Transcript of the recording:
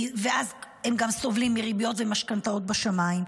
אז הם גם סובלים מריביות ומשכנתאות בשמיים,